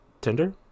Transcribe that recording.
Tinder